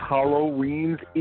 Halloween's